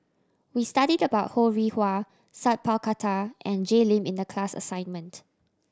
we studied about Ho Rih Hwa Sat Pal Khattar and Jay Lim in the class assignment